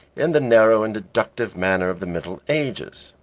in the narrow and deductive manner of the middle ages,